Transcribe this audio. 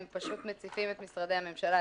הם פשוט מציפים את משרדי הממשלה,